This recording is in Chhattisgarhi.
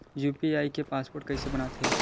यू.पी.आई के पासवर्ड कइसे बनाथे?